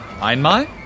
Einmal